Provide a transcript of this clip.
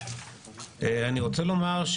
אני רוצה לומר,